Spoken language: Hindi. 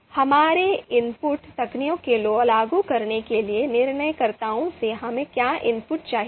तो हमारे इनपुट तकनीक को लागू करने के लिए निर्णयकर्ताओं से हमें क्या इनपुट चाहिए